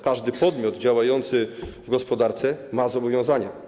Każdy podmiot działający w gospodarce ma zobowiązania.